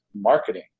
marketing